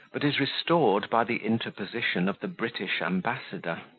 but is restored by the interposition of the british ambassador.